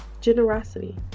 Generosity